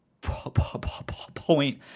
point